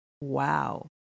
Wow